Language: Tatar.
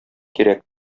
кирәк